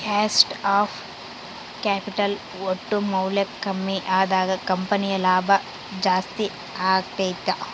cost of capital ಒಟ್ಟು ಮೌಲ್ಯ ಕಮ್ಮಿ ಅದಾಗ ಕಂಪನಿಯ ಲಾಭ ಜಾಸ್ತಿ ಅಗತ್ಯೆತೆ